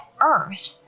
earth